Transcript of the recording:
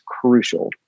crucial